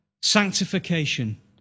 sanctification